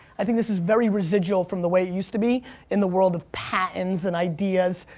i think this is very residual from the way it used to be in the world of patents and ideas,